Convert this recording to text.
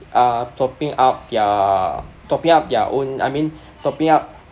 uh topping up their topping their own I mean topping up